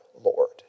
Lord